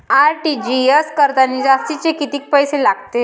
RTGS करतांनी जास्तचे कितीक पैसे लागते?